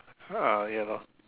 uh ya lor